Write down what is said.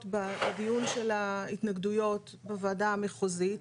בדיון של ההתנגדויות בוועדה המחוזית.